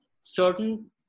certain